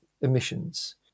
emissions